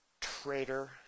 Traitor